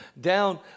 down